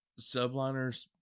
Subliners